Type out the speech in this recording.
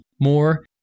more